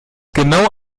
genau